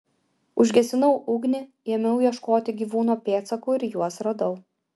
užgesinau ugnį ėmiau ieškoti gyvūno pėdsakų ir juos radau